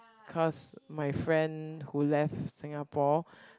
cause my friend who left Singapore